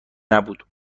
نبود